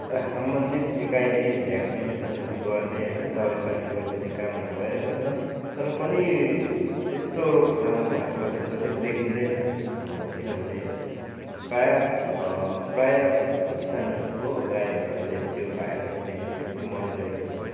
सम्बन्धित निकायले भ्याक्सिनेसनहरू गर्ने होइन दबाई पानी गरिदिने काम त भइरहेको छ तर पनि त्यस्तो रोकथाम भएको जस्तो चाहिँ देखिँदैन किनभने प्रायः प्रायः किसानहरूको गाईहरू अहिले त्यो भाइरस डिजिजले चाहिँ मरिरहेको छ